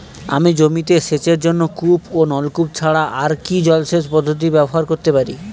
আমি জমিতে সেচের জন্য কূপ ও নলকূপ ছাড়া আর কি জলসেচ পদ্ধতি ব্যবহার করতে পারি?